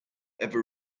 ever